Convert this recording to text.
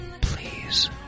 please